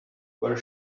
where